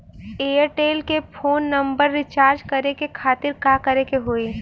Airtel के phone number recharge करे के खातिर का करे के होई?